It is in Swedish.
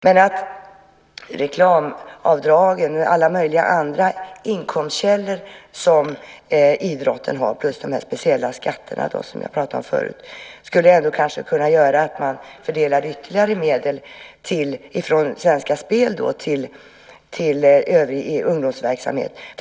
Men reklamavdragen och alla möjliga andra inkomstkällor som idrotten har plus de här speciella skatterna som jag pratade om förut skulle kanske kunna göra att man fördelade ytterligare medel från Svenska Spel till övrig ungdomsverksamhet.